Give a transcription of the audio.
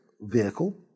vehicle